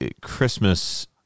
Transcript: Christmas